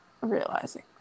realizing